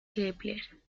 kepler